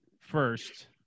first